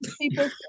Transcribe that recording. people